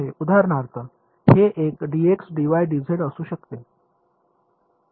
उदाहरणार्थ हे एक dx dy dz असू शकते